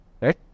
right